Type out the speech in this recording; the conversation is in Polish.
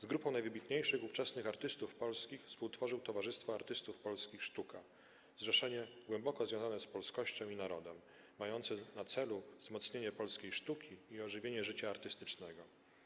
Z grupą najwybitniejszych ówczesnych artystów polskich współtworzył Towarzystwo Artystów Polskich 'Sztuka' - zrzeszenie głęboko związane z polskością i narodem, mające na celu wzmocnienie polskiej sztuki i ożywienie życia artystycznego.